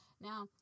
Now